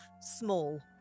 small